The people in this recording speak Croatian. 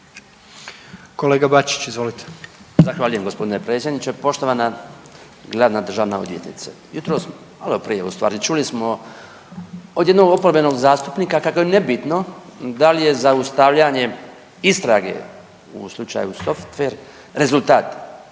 **Bačić, Branko (HDZ)** Zahvaljujem gospodine predsjedniče, poštovana glavna državna odvjetnice. Jutros, malo prije u stvari, čuli smo od jednog oporbenog zastupnika kako je nebitno da li je zaustavljanje istrage u slučaju Software, rezultat